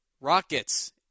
Rockets